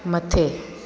मथे